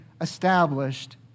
established